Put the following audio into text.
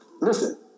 listen